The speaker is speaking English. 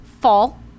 fall